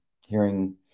hearing